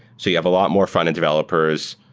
so you have a lot more frontend developers.